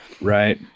Right